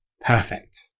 Perfect